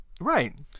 Right